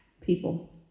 people